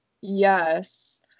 Yes